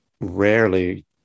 rarely